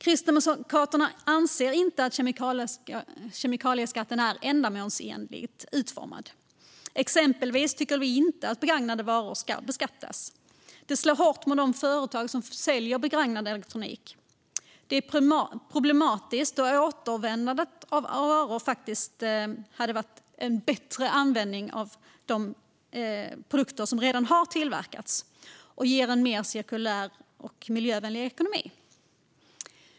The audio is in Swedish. Kristdemokraterna anser inte att kemikalieskatten är ändamålsenligt utformad. Vi tycker exempelvis inte att begagnade varor ska beskattas, eftersom det slår hårt mot de företag som säljer begagnad elektronik. Det är problematiskt då återanvändande av redan tillverkade produkter är bättre och kan leda till en mer cirkulär och miljövänlig ekonomi.